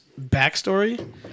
backstory